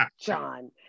John